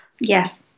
yes